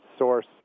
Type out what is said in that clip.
source